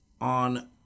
on